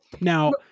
Now